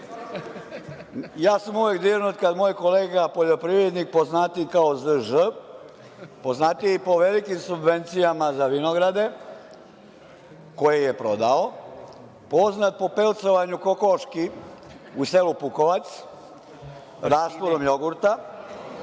ja sam uvek dirnut kada moj kolega poljoprivrednik, poznatiji kao ZŽ, poznatiji po velikim subvencijama za vinograde koje je prodao, poznat po pelcovanju kokoški u selu Pukovac, rastvorom jogurta,